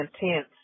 intense